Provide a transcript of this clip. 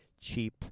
cheap